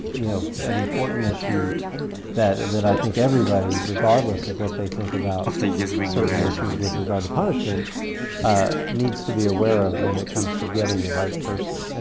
you know, an important issue that that i think everybody, regardless of what they think about certain issues with regard to punishment ah needs to be aware of when it comes to getting the right person.